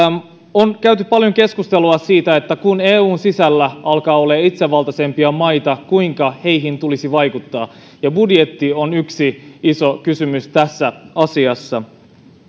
on käyty paljon keskustelua siitä kun eun sisällä alkaa olemaan itsevaltaisempia maita kuinka heihin tulisi vaikuttaa ja budjetti on yksi iso kysymys tässä asiassa